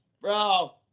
Bro